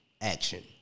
action